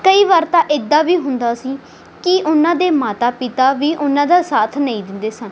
ਕਈ ਵਾਰ ਤਾਂ ਏਦਾਂ ਵੀ ਹੁੰਦਾ ਸੀ ਕੀ ਉਨ੍ਹਾਂ ਦੇ ਮਾਤਾ ਪਿਤਾ ਵੀ ਉਨ੍ਹਾਂ ਦਾ ਸਾਥ ਨਹੀਂ ਦਿੰਦੇ ਸਨ